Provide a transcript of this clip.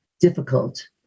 difficult